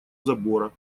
забора